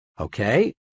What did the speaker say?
Okay